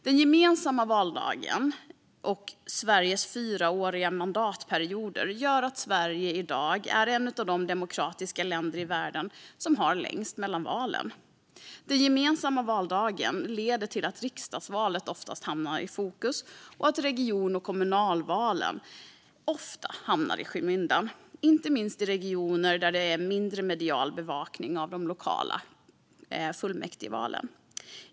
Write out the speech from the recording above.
Den gemensamma valdagen och Sveriges fyraåriga mandatperioder gör att Sverige i dag är ett av de demokratiska länder i världen som har längst mellan valen. Den gemensamma valdagen leder till att riksdagsvalet hamnar i fokus och att region och kommunalval ofta hamnar i skymundan, inte minst i regioner med mindre medial bevakning av de lokala fullmäktigevalen.